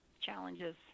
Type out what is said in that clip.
challenges